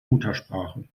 muttersprache